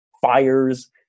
fires